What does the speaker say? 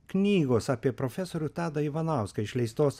knygos apie profesorių tadą ivanauską išleistos